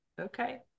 Okay